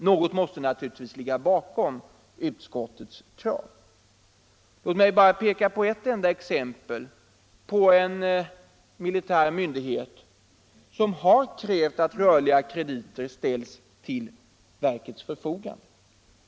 Något måste naturligtvis ligga bakom utskottets krav. Låt mig bara anföra ett enda 107 exempel på en militär myndighet som har krävt att rörliga krediter ställs till förfogande.